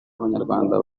abanyarwanda